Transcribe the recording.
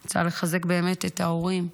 אני רוצה לחזק מכאן את ההורים,